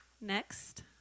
Next